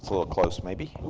a little close, maybe.